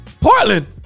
Portland